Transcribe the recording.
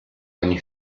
ogni